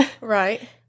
right